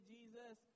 Jesus